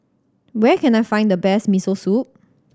where can I find the best Miso Soup